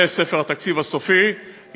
ובין ספר התקציב הראשון לספר התקציב הסופי יהיו